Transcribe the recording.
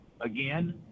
again